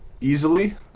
easily